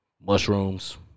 mushrooms